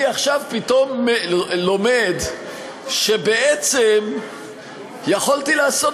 אני עכשיו פתאום לומד שבעצם יכולתי לעשות